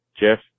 Jeff